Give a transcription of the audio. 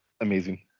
Amazing